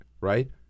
Right